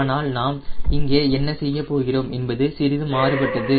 ஆனால் நாம் இங்கே என்ன செய்யப்போகிறோம் என்பது சிறிது மாறுபட்டது